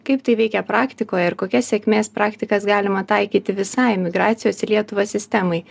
kaip tai veikia praktikoje ir kokias sėkmės praktikas galima taikyti visai migracijos į lietuvą sistemai